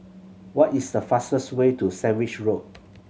what is the fastest way to Sandwich Road